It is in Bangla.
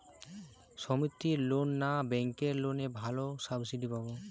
সমিতির লোন না ব্যাঙ্কের লোনে ভালো সাবসিডি পাব?